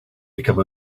become